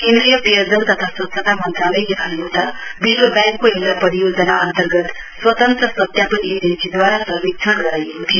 केन्द्रीय पेयजल तथा स्वच्छता मन्त्रालयले भनेको छ विश्व व्याङ्कको एउटा परियोजना अन्तर्गत स्वतन्त्र सत्यापन एजेन्सीहरूद्वारा सर्वेक्षण गराइएको थियो